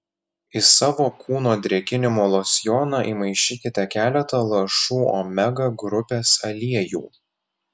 į savo kūno drėkinimo losjoną įmaišykite keletą lašų omega grupės aliejų